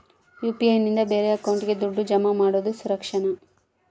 UPI ನಿಂದ ಬೇರೆ ಅಕೌಂಟಿಗೆ ದುಡ್ಡು ಜಮಾ ಮಾಡೋದು ಸುರಕ್ಷಾನಾ?